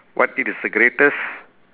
what is the greatest